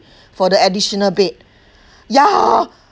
for the additional bed ya